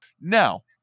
Now